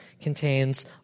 contains